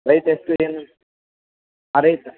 ರೇಟೆಷ್ಟು ನಿಮ್ಮ ರೇಟ್